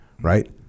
right